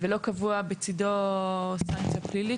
ולא קבועה בצידו סנקציה פלילית.